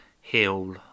heal